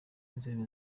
inzego